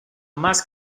más